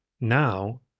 now